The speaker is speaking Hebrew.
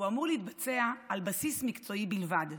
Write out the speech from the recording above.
והוא אמור להתבצע על בסיס מקצועי בלבד,